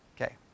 Okay